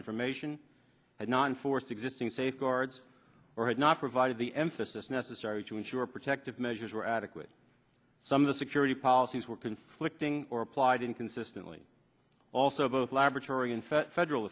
information and not enforce existing safeguards or had not provided the emphasis necessary to ensure protective measures were adequate some of the security policies were conflicting or applied inconsistently also both laboratory and federal